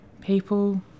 people